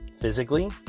physically